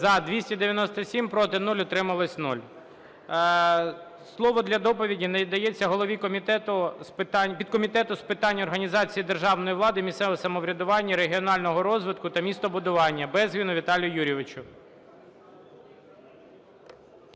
За-279 Рішення прийнято. Слово для доповіді надається голові підкомітету з питань організації державної влади, місцевого самоврядування, регіонального розвитку та містобудування Безгіну Віталію Юрійовичу.